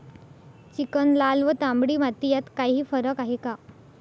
Chicken, लाल व तांबडी माती यात काही फरक आहे का?